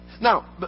Now